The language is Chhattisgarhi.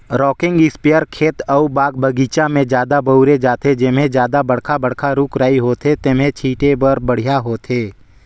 रॉकिंग इस्पेयर खेत अउ बाग बगीचा में जादा बउरे जाथे, जेम्हे जादा बड़खा बड़खा रूख राई होथे तेम्हे छीटे बर बड़िहा होथे